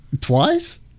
twice